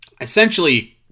essentially